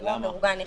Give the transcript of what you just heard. כאירוע מאורגן אחד.